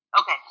Okay